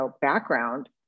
background